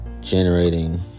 generating